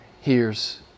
hears